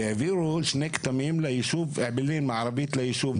ואז העבירו שני כתמים לישוב אעבלין, מערבית לישוב.